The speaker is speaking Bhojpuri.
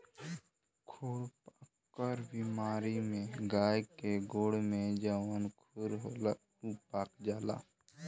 खुरपका बेमारी में गाय के गोड़ में जवन खुर होला उ पाक जाला